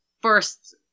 first